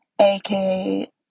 aka